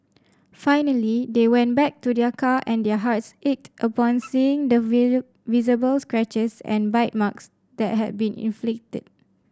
finally they went back to their car and their hearts ached upon seeing the visual visible scratches and bite marks that had been inflicted